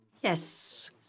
Yes